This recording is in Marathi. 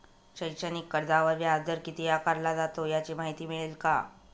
शैक्षणिक कर्जावर व्याजदर किती आकारला जातो? याची माहिती मिळेल का?